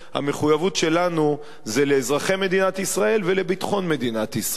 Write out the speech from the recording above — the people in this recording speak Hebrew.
המחויבות שלנו היא לאזרחי מדינת ישראל ולביטחון מדינת ישראל.